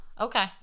Okay